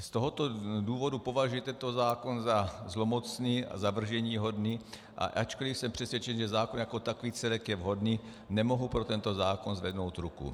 Z tohoto důvodu považuji tento zákon za zlomocný a zavrženíhodný, a ačkoliv jsem přesvědčen, že zákon jako takový celek je vhodný, nemohu pro tento zákon zvednout ruku.